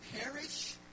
perish